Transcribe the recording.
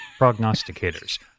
prognosticators